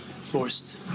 forced